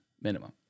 minimum